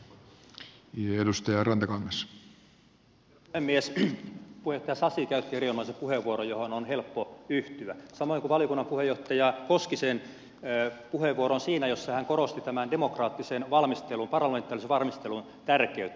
puheenjohtaja sasi käytti erinomaisen puheenvuoron johon on helppo yhtyä samoin kuin valiokunnan puheenjohtaja koskisen puheenvuoroon siinä kun hän korosti tämän demokraattisen valmistelun parlamentaarisen valmistelun tärkeyttä